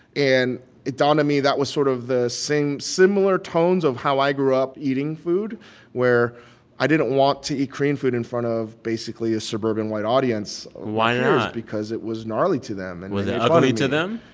and it dawned on me that was sort of the same similar tones of how i grew up eating food where i didn't want to eat korean food in front of, basically, a suburban white audience why not? because it was gnarly to them and was it ugly to them?